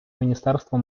міністерство